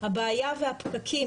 הבעיה והפקקים,